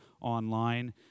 online